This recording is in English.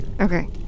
okay